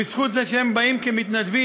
בזכות זה שהם באים כמתנדבים,